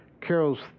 Carol's